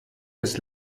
des